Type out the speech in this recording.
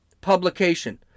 publication